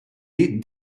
est